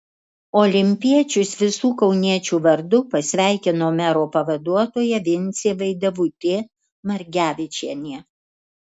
olimpiečius visų kauniečių vardu pasveikino mero pavaduotoja vincė vaidevutė margevičienė